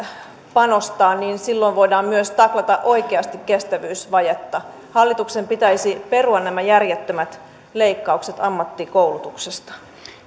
panostaa silloin voidaan myös taklata oikeasti kestävyysvajetta hallituksen pitäisi perua nämä järjettömät leikkaukset ammattikoulutuksesta